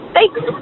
Thanks